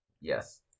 Yes